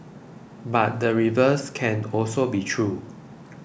but the reverse can also be true